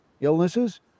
illnesses